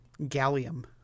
Gallium